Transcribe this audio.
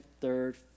third